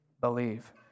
Believe